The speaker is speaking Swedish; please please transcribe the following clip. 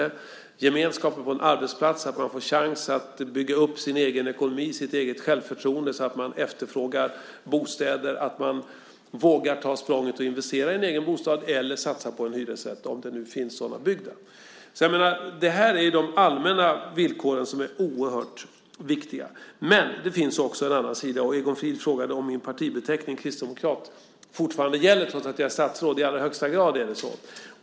Det handlar om gemenskapen på en arbetsplats, att man får chans att bygga upp sin egen ekonomi och sitt självförtroende så att man efterfrågar bostäder, att man vågar ta språnget och investera i en egen bostad eller satsa på en hyresrätt, om det nu finns sådana byggda. Det här är de allmänna villkor som är oerhört viktiga, men det finns också en annan sida. Egon Frid frågade om min partibeteckning, kristdemokrat, fortfarande gäller trots att jag är statsråd. Så är det i allra högsta grad.